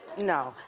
no.